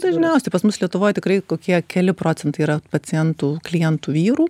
dažniausiai pas mus lietuvoj tikrai kokie keli procentai yra pacientų klientų vyrų